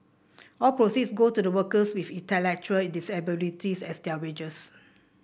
all proceeds go to the workers with intellectual disabilities as their wages